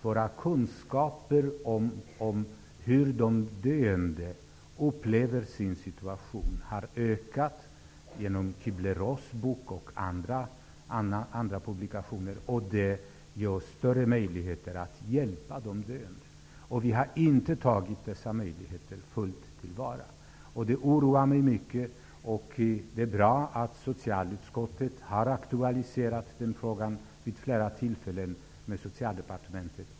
Våra kunskaper om hur de döende upplever sin situation har ökat genom Kübler-Ross bok och andra publikationer. Det ger större möjligheter att hjälpa de döende, men vi har inte tagit dessa möjligheter helt till vara. Det oroar mig mycket, och det är bra att socialutskottet har tagit upp frågan med Socialdepartementet vid flera tillfällen.